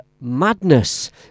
Madness